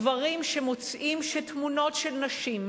גברים שמוצאים שתמונות של נשים,